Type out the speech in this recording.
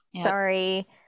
Sorry